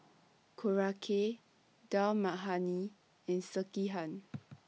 Korokke Dal Makhani and Sekihan